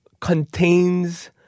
contains